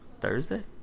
Thursday